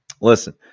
Listen